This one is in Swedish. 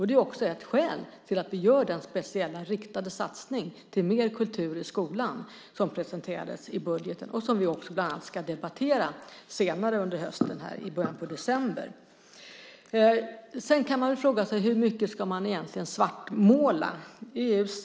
Det är också ett skäl till att vi gör den speciella riktade satsning till mer kultur i skolan som presenterades i budgeten och som vi också bland annat ska debattera här senare under hösten, i början av december. Sedan kan man väl fråga sig hur mycket man egentligen ska svartmåla detta.